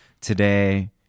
Today